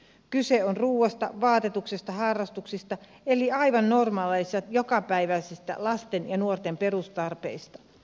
kyse on ruuasta vaatetuksesta ja harrastuksista eli aivan normaaleista jokapäiväisistä lasten ja nuorten perustarpeista